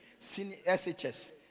SHS